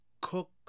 Cook